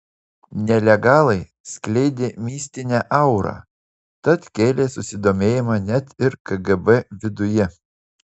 nelegalai skleidė mistinę aurą tad kėlė susidomėjimą net ir kgb viduje